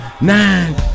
nine